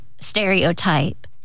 stereotype